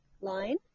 line